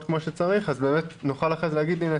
כמו שצריך אז באמת נוכל אחרי זה להגיד "הנה,